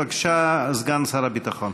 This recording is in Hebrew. בבקשה, סגן שר הביטחון.